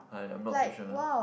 I I'm not too sure